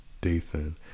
dathan